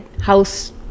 house